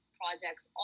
projects